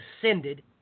ascended